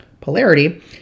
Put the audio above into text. polarity